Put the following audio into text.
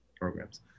programs